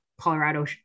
Colorado